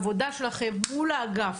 בעבודה שלכם מול האגף,